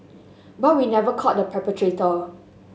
but we never caught the perpetrator